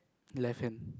left hand